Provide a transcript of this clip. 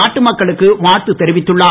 நாட்டு மக்களுக்கு வாழ்த்து தெரிவித்துள்ளார்